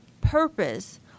purpose